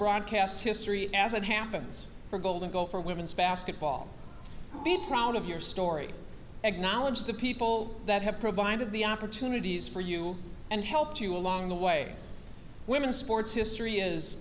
broadcast history as it happens for golden gopher women's basketball be proud of your story acknowledge the people that have provided the opportunities for you and helped you along the way women's sports history is